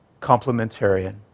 complementarian